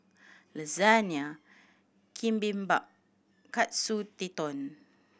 Lasagne Bibimbap Katsu Tendon